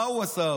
מה הוא עשה?